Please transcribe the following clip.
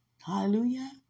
Hallelujah